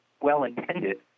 well-intended